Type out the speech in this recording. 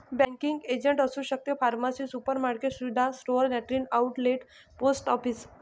banking agent असू शकते pharmacy supermarket सुविधा store lottery outlet post office